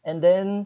and then